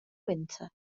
winter